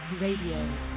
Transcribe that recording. Radio